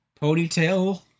ponytail